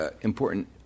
important